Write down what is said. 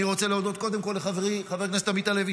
אני רוצה להודות קודם כול לחברי חבר הכנסת עמית הלוי,